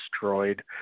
destroyed